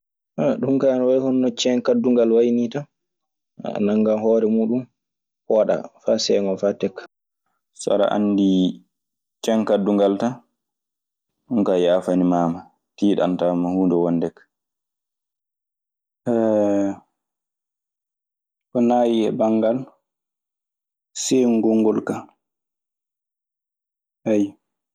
Ɗum kaa ana way yonono ceen kaddungal way nii tan, a nangan hoore muuɗum pooɗaa faa seeŋoo faa tekka. So aɗe anndi ceen kaddungal tan. Ɗun kaa yaafanimaama. Tiiɗantaama huunde wonde kaa. Ko naayi e banngal seengol ngol kaa.